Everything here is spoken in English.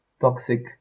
toxic